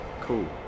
cool